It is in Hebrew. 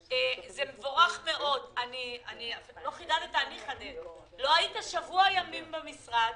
מבורך מאוד לא היית שבוע ימים במשרד,